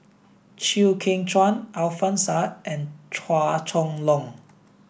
Chew Kheng Chuan Alfian Sa'at and Chua Chong Long